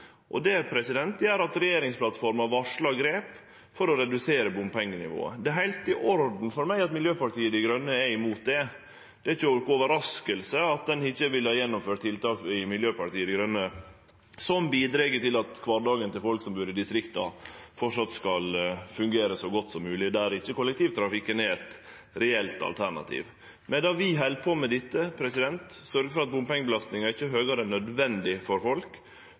gjer at regjeringsplattforma varslar grep for å redusere bompengenivået. Det er heilt i orden for meg at Miljøpartiet Dei Grøne er imot det, det er inga overrasking at Miljøpartiet Dei Grøne ikkje har villa gjennomføre tiltak som bidreg til at kvardagen for folk som bur i distrikta, framleis skal fungere så godt som mogleg. Kollektivtransporten der er ikkje eit reelt alternativ. Medan vi held på med dette, og sørgjer for at bompengebelastninga ikkje er høgare enn nødvendig for folk,